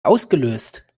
ausgelöst